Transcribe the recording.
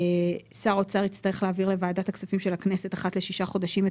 שר האוצר יצטרך להעביר לוועדת הכספים של הכנסת אחת לשישה חודשים את